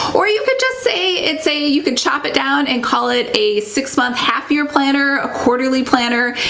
or you could just say, it's a, you could chop it down and call it a six-month half-year planner, a quarterly planner.